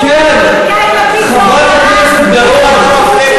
חברת הכנסת גלאון,